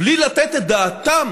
בלי לתת את דעתם